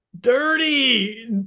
Dirty